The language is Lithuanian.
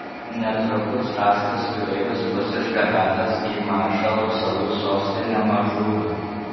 netrukus rastas jūreivis bus išgabentas į maršalo salų sostinę madžūrą